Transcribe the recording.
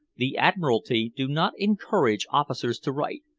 the admiralty do not encourage officers to write,